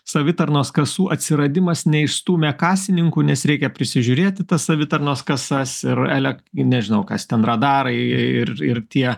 savitarnos kasų atsiradimas neišstūmė kasininkų nes reikia prisižiūrėti tas savitarnos kasas ir elek ir nežinau kas ten radarai ir ir tie